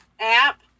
app